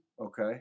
Okay